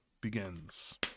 begins